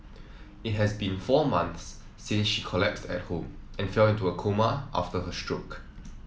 it has been four months since she collapsed at home and fell into a coma after her stroke